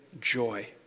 joy